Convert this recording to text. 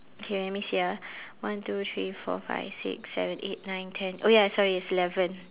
okay let me see ah one two three four five six seven eight nine ten oh ya sorry it's eleven